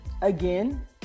again